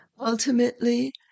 Ultimately